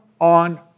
on